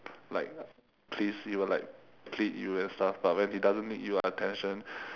like please you like plead you and stuff but when he doesn't need your attention